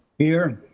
here.